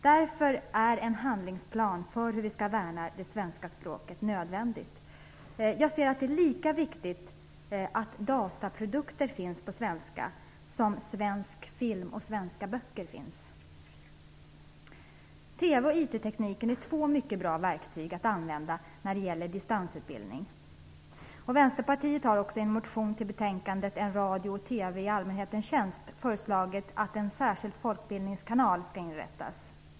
Därför är en handlingsplan för hur vi skall värna det svenska språket nödvändig. Jag anser att det är lika viktigt att dataprodukter finns på svenska som att det finns svensk film och svenska böcker. TV och IT-tekniken är två mycket bra verktyg att använda i distansutbildning. Vänsterpartiet har i en motion i anslutning till betänkandet En radio och TV i allmänhetens tjänst föreslagit att en särskild folkbildningskanal skall inrättas.